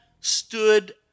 stood